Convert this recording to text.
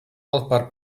odparł